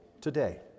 today